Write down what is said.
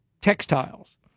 textiles